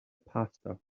pastor